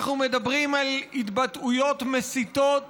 אנחנו מדברים על התבטאויות מסיתות